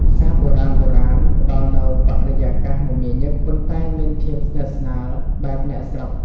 ផ្សារបុរាណៗផ្តល់នូវបរិយាកាសមមាញឹក ប៉ុន្តែមានភាពស្និទ្ធស្នាលបែបអ្នកស្រុក។